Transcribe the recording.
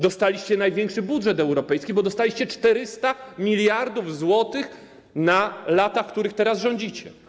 Dostaliście największy budżet europejski, bo dostaliście 400 mld zł na lata, w których teraz rządzicie.